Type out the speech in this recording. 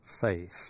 faith